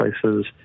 places